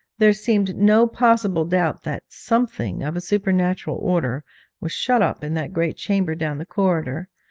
there seemed no possible doubt that something of a supernatural order was shut up in that great chamber down the corridor,